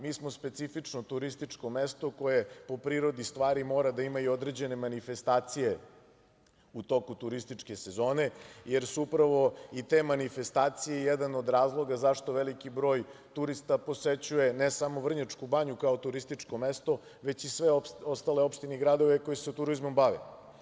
Mi smo specifično turističko mesto koje po prirodi stvari mora da ima i određene manifestacije u toku turističke sezone, jer su upravo i te manifestacije jedan od razloga zašto veliki broj turista posećuje ne samo Vrnjačku Banju kao turističko mesto, već i sve ostale opštine i gradove koji se turizmom bave.